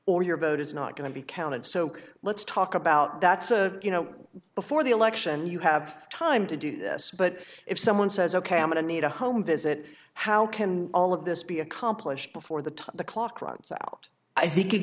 or your vote is not going to be counted so let's talk about that's a you know before the election you have time to do this but if someone says ok i'm going to need a home visit how can all of this be accomplished before the time the clock runs out i think it